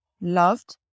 loved